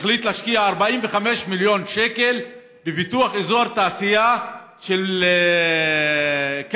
שהחליט להשקיע 45 מיליון שקל בפיתוח אזור התעשייה של כברי,